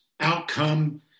outcome